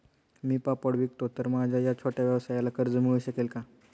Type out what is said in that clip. मी पापड विकतो तर माझ्या या छोट्या व्यवसायाला कर्ज मिळू शकेल का?